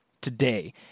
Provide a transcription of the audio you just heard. today